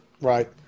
Right